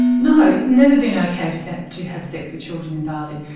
no, it's never been ok to so to have sex with children in bali.